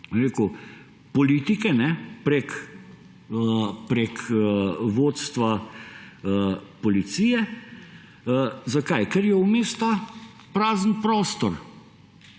politike prek vodstva policije. Zakaj? Ker je vmes ta prazen prostor,